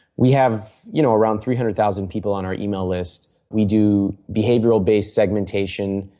we have you know around three hundred thousand people on our email list. we do behavioral based segmentation.